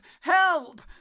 Help